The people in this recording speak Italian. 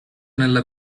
nella